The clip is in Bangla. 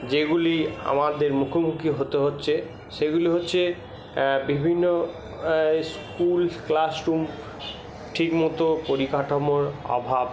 যেগুলি আমাদের মুখোমুখি হতে হচ্ছে সেগুলি হচ্ছে বিভিন্ন স্কুল ক্লাসরুম ঠিকমতো পরিকাঠামোর অভাব